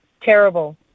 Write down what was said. Terrible